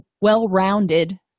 well-rounded